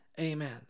amen